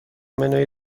منوی